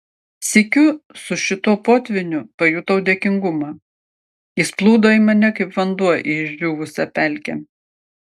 sykiu su šituo potvyniu pajutau dėkingumą jis plūdo į mane kaip vanduo į išdžiūvusią pelkę